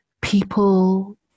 people